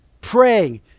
praying